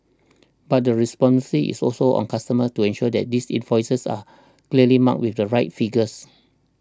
but the is also on customers to ensure that these invoices are clearly marked with the right figures